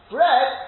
Bread